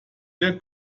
der